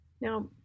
Now